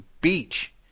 beach